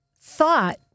thought